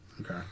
Okay